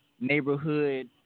neighborhood